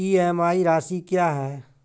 EMI राशि क्या है?